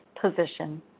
position